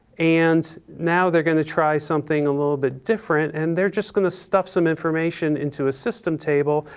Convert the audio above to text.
and now they're going to try something a little bit different, and they're just going to stuff some information into a system table.